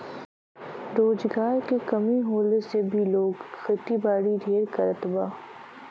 रोजगार के कमी होले से भी लोग खेतीबारी ढेर करत बा